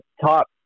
top